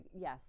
yes